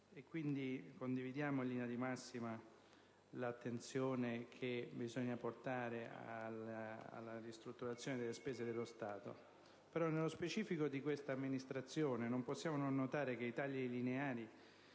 Quindi, condividiamo in linea di massima l'attenzione che bisogna portare alla ristrutturazione della spesa dello Stato. Però, nello specifico di questa amministrazione, non possiamo non notare che i tagli lineari